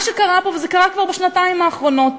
מה שקרה פה, וזה קרה כבר בשנתיים האחרונות: